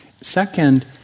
Second